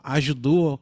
ajudou